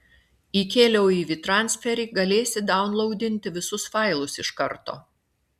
įkėliau į vytransferį galėsi daunlaudinti visus failus iš karto